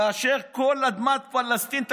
כאשר כל אדמת פלסטין שלנו,